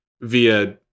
via